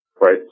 Right